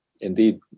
indeed